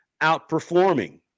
outperforming